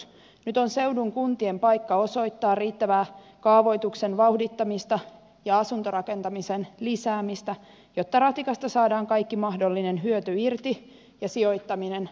nyt on seudun kuntien paikka osoittaa riittävää kaavoituksen vauhdittamista ja asuntorakentamisen lisäämistä jotta ratikasta saadaan kaikki mahdollinen hyöty irti ja sijoittaminen hankkeeseen kannattaa